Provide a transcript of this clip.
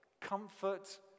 comfort